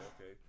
okay